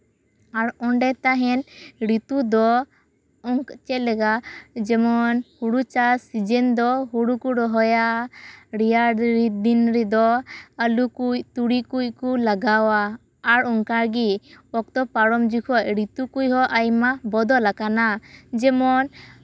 ᱟᱨ ᱚᱸᱰᱮ ᱛᱟᱦᱮᱱ ᱨᱤᱛᱩ ᱫᱚ ᱪᱮᱫ ᱞᱮᱠᱟ ᱡᱮᱢᱚᱱ ᱦᱳᱲᱳ ᱪᱟᱥ ᱥᱤᱡᱮᱱ ᱫᱚ ᱦᱳᱲᱳ ᱠᱚ ᱨᱚᱦᱚᱭᱟ ᱨᱮᱭᱟᱲ ᱫᱤᱱ ᱨᱮᱫᱚ ᱟᱹᱞᱩ ᱠᱚᱡ ᱛᱩᱲᱤ ᱠᱚᱡ ᱠᱚ ᱞᱟᱜᱟᱣᱟ ᱟᱨ ᱚᱱᱠᱟ ᱜᱮ ᱚᱠᱛᱚ ᱯᱟᱨᱚᱢ ᱡᱚᱠᱷᱚᱡ ᱨᱤᱛᱩ ᱠᱷᱚᱡ ᱦᱚᱸ ᱟᱭᱢᱟ ᱵᱚᱫᱚᱞ ᱟᱠᱟᱱᱟ ᱡᱮᱢᱚᱱ